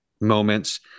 moments